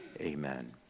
Amen